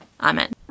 Amen